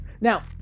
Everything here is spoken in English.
Now